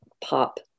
pop